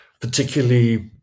particularly